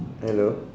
hello